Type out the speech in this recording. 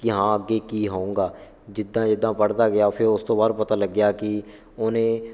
ਕਿ ਹਾਂ ਅੱਗੇ ਕੀ ਹੋਉਂਗਾ ਜਿੱਦਾਂ ਜਿੱਦਾਂ ਪੜ੍ਹਦਾ ਗਿਆ ਫਿਰ ਉਸ ਤੋਂ ਬਾਅਦ ਪਤਾ ਲੱਗਿਆ ਕਿ ਉਹਨੇ